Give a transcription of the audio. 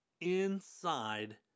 inside